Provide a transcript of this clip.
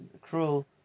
cruel